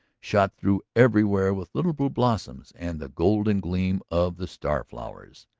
shot through everywhere with little blue blossoms and the golden gleam of the starflowers.